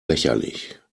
lächerlich